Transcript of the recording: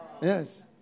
Yes